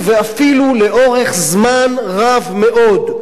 ואפילו לאורך זמן רב מאוד,